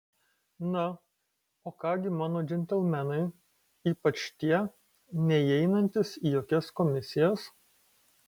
na o ką gi mano džentelmenai ypač tie neįeinantys į jokias komisijas